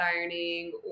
ironing